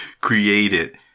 created